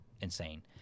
insane